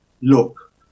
Look